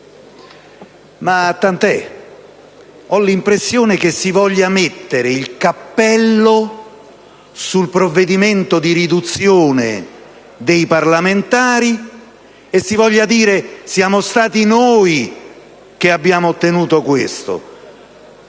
ma tant'è. Ho l'impressione che si voglia mettere il cappello sul provvedimento di riduzione del numero dei parlamentari e si voglia dire: siamo stati noi ad aver ottenuto questo